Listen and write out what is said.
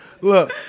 Look